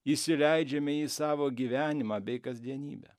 įsileidžiame į savo gyvenimą bei kasdienybę